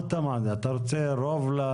אתה רוצה רוב?